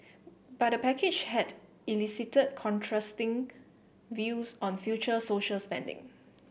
but the package had elicited contrasting views on future social spending